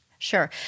Sure